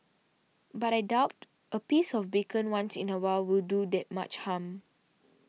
but I doubt a piece of bacon once in a while will do that much harm